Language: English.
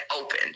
open